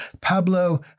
Pablo